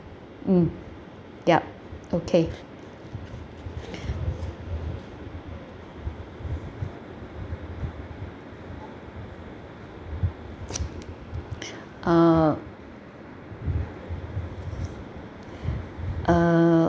mm ya okay uh uh